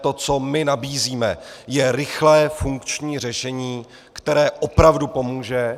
To, co my nabízíme, je rychlé funkční řešení, které opravdu pomůže.